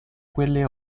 quelle